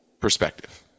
perspective